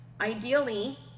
ideally